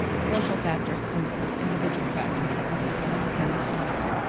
social factors, and then of course individual factors that we think of many times.